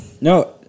No